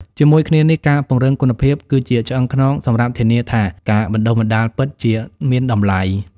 ជាមួយគ្នានេះ ការពង្រឹងគុណភាព គឺជាឆ្អឹងខ្នងសម្រាប់ធានាថាការបណ្តុះបណ្តាលពិតជាមានតម្លៃ។